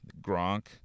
Gronk